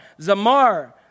Zamar